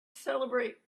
celebrate